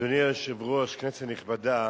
אדוני היושב-ראש, כנסת נכבדה,